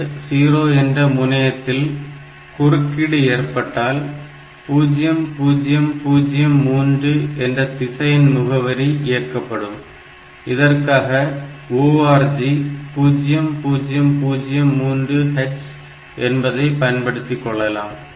INT0 என்ற முனையத்தில் குறுக்கீடு ஏற்பட்டால் 0003 என்ற திசையன் முகவரி இயக்கப்படும் இதற்காக ORG 0003H என்பதை பயன்படுத்திக்கொள்ளலாம்